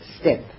step